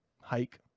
hike